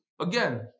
Again